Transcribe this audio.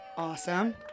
Awesome